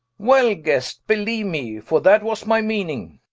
wel guest beleeue me, for that was my meaning